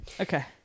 okay